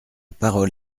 parole